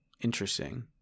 interesting